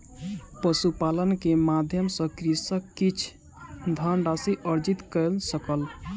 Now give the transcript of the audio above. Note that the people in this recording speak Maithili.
पशुपालन के माध्यम सॅ कृषक किछ धनराशि अर्जित कय सकल